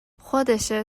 خودشه